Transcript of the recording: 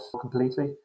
completely